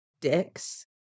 dicks